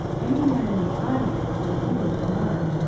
any man in the audience would do as much.